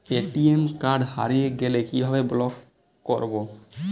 ATM card হারিয়ে গেলে কিভাবে ব্লক করবো?